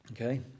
Okay